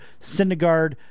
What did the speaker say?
Syndergaard